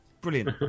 Brilliant